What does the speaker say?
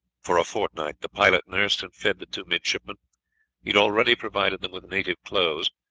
for a fortnight the pilot nursed and fed the two midshipmen. he had already provided them with native clothes,